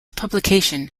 publication